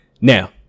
Now